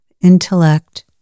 Intellect